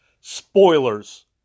spoilers